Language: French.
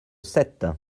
sept